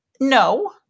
No